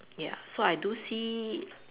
ya so I do see